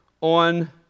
on